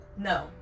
No